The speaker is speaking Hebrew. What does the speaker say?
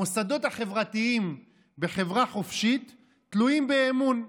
המוסדות החברתיים בחברה חופשית תלויים באמון,